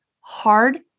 hard